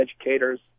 educators